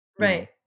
right